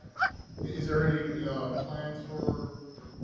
is there any plans for for